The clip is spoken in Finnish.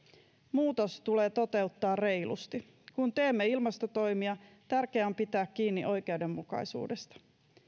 muutos tulee toteuttaa reilusti kun teemme ilmastotoimia tärkeää on pitää kiinni oikeudenmukaisuudesta